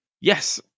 yes